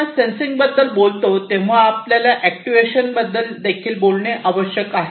जेव्हा आपण सेन्सिंगबद्दल बोलतो तेव्हा आपल्याला अॅक्ट्युएशनबद्दल देखील बोलणे आवश्यक आहे